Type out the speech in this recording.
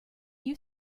you